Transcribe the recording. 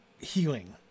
healing